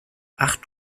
acht